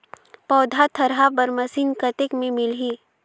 पौधा थरहा बर मशीन कतेक मे मिलही?